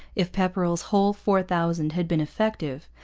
if pepperrell's whole four thousand had been effective.